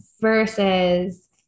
versus